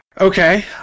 Okay